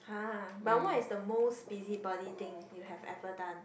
!huh! but what is the most busybody thing you have ever done